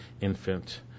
infant